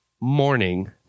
morning